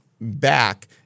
back